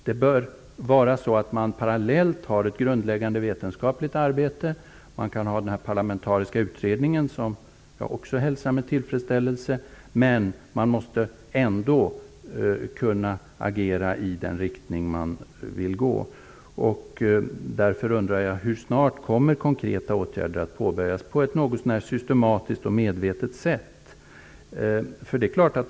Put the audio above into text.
Det bör vara så, att man parallellt bedriver ett grundläggande vetenskapligt arbete. Man kan genomföra den parlamentariska utredning som jag hälsar med tillfredsställelse, men man måste ändå kunna agera i den riktning man vill gå. Jag undrar därför hur snart konkreta åtgärder kommer att påbörjas på ett något så när systematiskt och medvetet sätt.